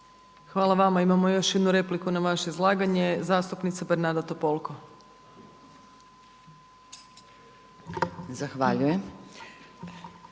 Hvala vama. Imamo još jednu repliku na vaše izlaganje. Zastupnica Bernarda Topolko. **Topolko,